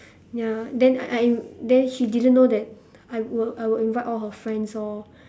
ya then I I then she didn't know that I will I will invite all her friends orh